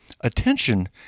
attention